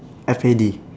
F A D